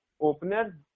Opener